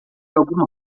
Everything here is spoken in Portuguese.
alguma